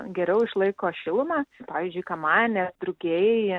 geriau išlaiko šilumą pavyzdžiui kamanės drugiai